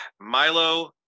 Milo